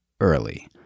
early